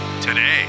today